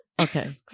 okay